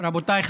ינמק חבר הכנסת